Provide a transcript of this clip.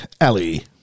Ellie